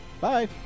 bye